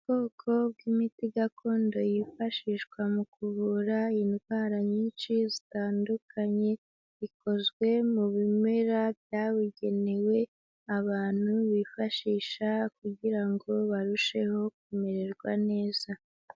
Ubwoko bw'imiti gakondo yifashishwa mu kuvura indwara nyinshi zitandukanye, ikozwe mu bimera byabugenewe abantu bifashisha kugira ngo barusheho kumererwa neza.